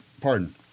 pardon